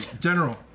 general